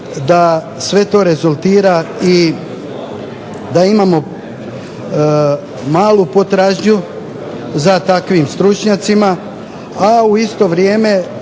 da sve to rezultira i da imamo malu potražnju za takvim stručnjacima, a u isto vrijeme